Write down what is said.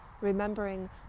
remembering